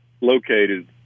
located